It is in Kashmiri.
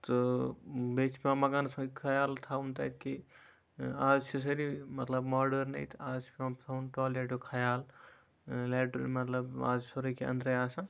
تہٕ بیٚیہِ چھ پیٚوان مَکانَس مَنٛز خَیال تھاوُن تَتہِ کہِ آز چھِ سٲری مَطلَب ماڑرنی آز چھُ پیٚوان تھاوُن ٹایلیٚٹُک خَیال لیٹری مَطلَب آز چھُ سورُے کینٛہہ أندرٕے آسان